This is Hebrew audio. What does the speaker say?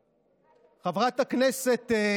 שנמצא תחת משרד הבריאות,